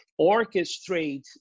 orchestrate